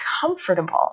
comfortable